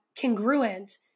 congruent